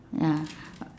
ah